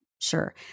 Sure